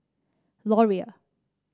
Laurier